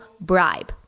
bribe